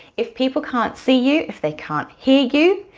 if people can't see you, if they can't hear you,